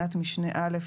כפי שיחליט מנהל המוסד,